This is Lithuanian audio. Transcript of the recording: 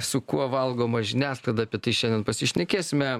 su kuo valgoma žiniasklaida apie tai šiandien pasišnekėsime